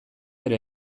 ere